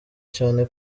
cyane